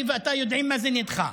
אני ואתה יודעים מה זה נדחה.